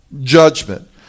judgment